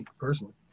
personally